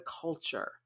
culture